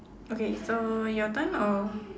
okay so your turn or